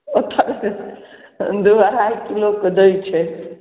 दुइ किलो अढ़ाइ किलोके दै छै